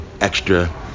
extra